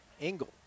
Engel